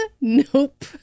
nope